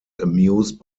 amused